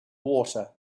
water